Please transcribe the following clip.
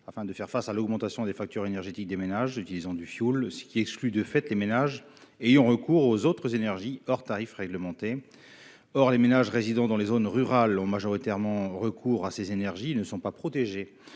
afin de faire face à l'augmentation des factures énergétiques des ménages qui utilisent du fioul, ce qui exclut de fait les ménages ayant recours aux autres énergies hors tarif réglementé. Or les ménages résidant dans les zones rurales ont majoritairement recours à ces énergies et ne sont pas protégés